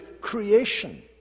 creation